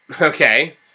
Okay